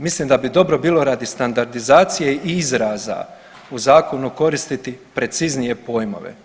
Mislim da bi bilo dobro bilo radi standardizacije i izraza u zakonu koristiti preciznije pojmove.